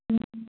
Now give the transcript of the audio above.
ꯎꯝ ꯎꯝ